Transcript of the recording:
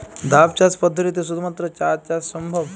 ধাপ চাষ পদ্ধতিতে শুধুমাত্র চা চাষ সম্ভব?